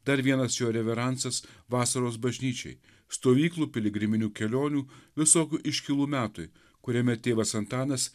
dar vienas jo reveransas vasaros bažnyčiai stovyklų piligriminių kelionių visokių iškylų metui kuriame tėvas antanas